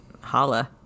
Holla